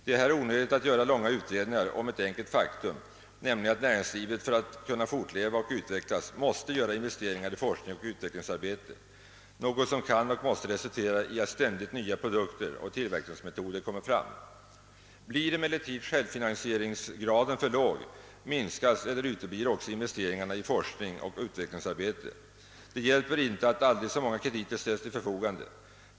Det är här onödigt att göra långa utredningar om ett enkelt faktum, nämligen att näringslivet för att kunna fortleva och utvecklas måste göra investeringar i forskning och utvecklingsarbete, något som kan och måste resultera i att ständigt nya produkter och tillverkningsmetoder kommer fram. Blir emellertid självfinansieringsgraden för låg minskas eller uteblir också investeringarna i forskning och utvecklingsarbete. Det hjälper inte att aldrig så många krediter ställs till förfogande.